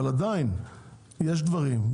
אבל עדיין יש דברים,